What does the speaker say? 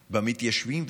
במתיישבים.